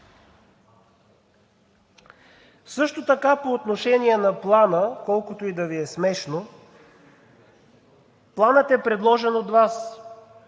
Също така по отношение на Плана, колкото и да Ви е смешно – Планът е предложен от Вас,